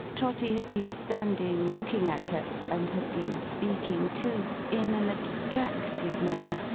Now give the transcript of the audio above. trotty had been standing looking at her and had been speaking too in an abstracted manner,